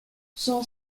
son